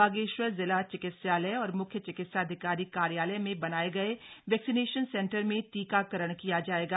बागेश्वर जिला चिकित्सालय और मुख्य चिकित्साधिकारी कार्यालय में बनाये गये वैक्सीनेशन सेंटर में टीकाकरण किया जाएगा